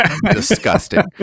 disgusting